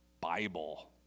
Bible